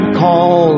call